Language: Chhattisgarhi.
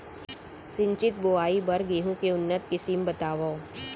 सिंचित बोआई बर गेहूँ के उन्नत किसिम बतावव?